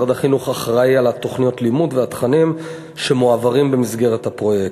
משרד החינוך אחראי לתוכניות הלימוד ולתכנים שמועברים במסגרת הפרויקט.